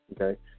Okay